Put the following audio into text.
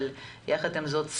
יחד עם זאת,